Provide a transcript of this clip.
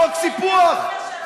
חוק סיפוח.